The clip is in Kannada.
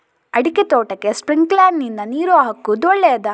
ಅಡಿಕೆ ತೋಟಕ್ಕೆ ಸ್ಪ್ರಿಂಕ್ಲರ್ ನಿಂದ ನೀರು ಹಾಕುವುದು ಒಳ್ಳೆಯದ?